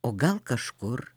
o gal kažkur